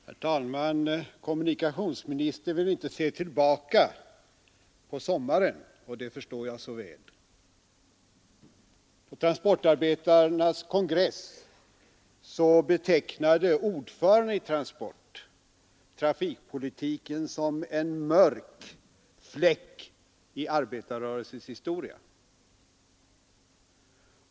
Herr talman! Kommunikationsministern vill inte se tillbaka på sommaren, och det förstår jag så väl. På transportarbetarnas kongress betecknade Transports ordförande transportpolitiken som en mörk fläck i arbetarrörelsens historia.